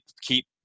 keep